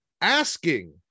asking